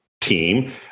team